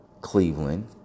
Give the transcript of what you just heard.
Cleveland